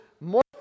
more